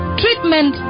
treatment